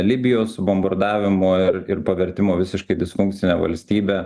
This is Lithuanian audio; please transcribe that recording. libijos subombardavimo ir ir pavertimo visiškai disfunkcine valstybe